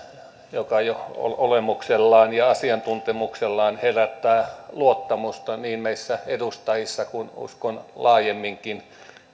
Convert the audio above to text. joka jo olemuksellaan ja asiantuntemuksellaan herättää luottamusta niin meissä edustajissa kuin uskon laajemminkin